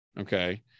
Okay